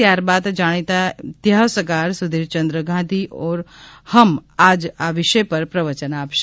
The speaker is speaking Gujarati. ત્યારબાદ જાણીતા ઇતિહાસકાર સુધીરચંદ્ર ગાંધી ઓર હમ આજ આ વિષય પર પ્રવયન આપશે